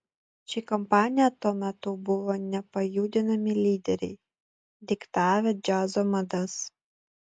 ši kompanija tuo metu buvo nepajudinami lyderiai diktavę džiazo madas